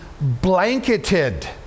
blanketed